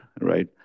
right